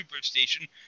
Superstation